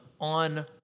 on